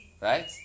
Right